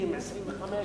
20,000 שקלים,